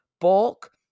bulk